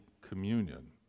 communion